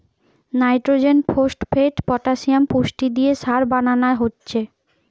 nitrogen, phosphate, potassium পুষ্টি দিয়ে সার বানানা হচ্ছে